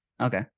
okay